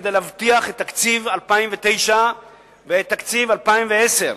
כדי להבטיח את תקציב 2009 ואת תקציב 2010,